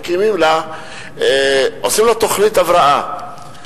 עושים לה תוכנית הבראה.